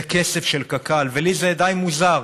זה כסף של קק"ל, ולי זה די מוזר,